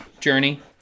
journey